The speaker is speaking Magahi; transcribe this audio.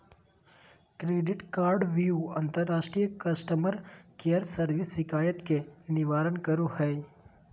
क्रेडिट कार्डव्यू अंतर्राष्ट्रीय कस्टमर केयर सर्विस शिकायत के निवारण करो हइ